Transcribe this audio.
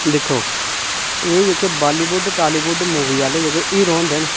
दिक्खो एह् जेह्के बॉलीवुड ते टॉलीवुड आह्ले हीरो होंदे न